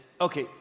okay